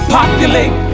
Populate